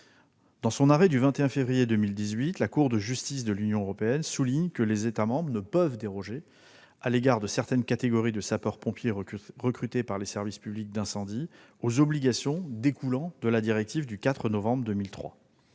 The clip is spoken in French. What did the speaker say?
Dans son arrêt du 21 février 2018, la Cour de justice de l'Union européenne souligne que les États membres ne peuvent déroger, à l'égard de certaines catégories de sapeurs-pompiers recrutés par les services publics d'incendie, aux obligations découlant de la directive du 4 novembre 2003.